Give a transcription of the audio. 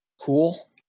cool